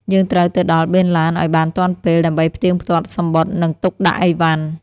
យើងត្រូវទៅដល់បេនឡានឱ្យបានទាន់ពេល ដើម្បីផ្ទៀងផ្ទាត់សំបុត្រ និងទុកដាក់អីវ៉ាន់។